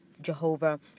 Jehovah